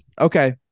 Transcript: Okay